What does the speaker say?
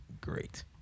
great